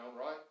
right